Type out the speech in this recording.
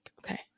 Okay